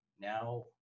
Now